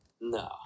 no